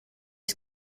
his